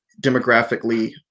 demographically